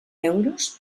euros